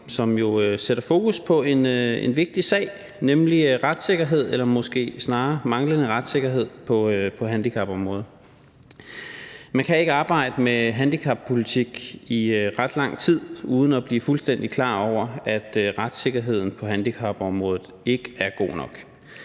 jo sætter fokus på en vigtig sag, nemlig retssikkerhed eller måske snarere manglende retssikkerhed på handicapområdet. Man kan ikke arbejde med handicappolitik i ret lang tid uden at blive fuldstændig klar over, at retssikkerheden på handicapområdet ikke er god nok.